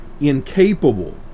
incapable